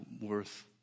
worth